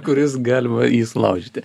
kuris galima jį sulaužyti